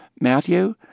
Matthew